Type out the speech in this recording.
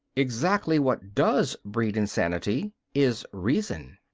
exactly what does breed insanity is reason.